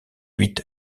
huit